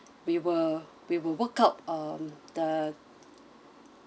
we will we will work out um the